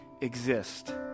exist